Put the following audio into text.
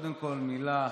קודם כול, מילה: